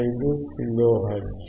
59 kilo hertz